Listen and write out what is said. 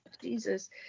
Jesus